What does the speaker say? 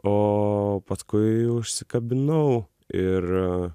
o paskui užsikabinau ir